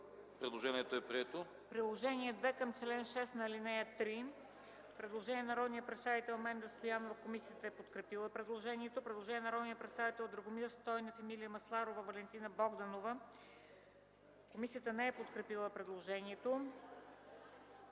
Предложението е прието.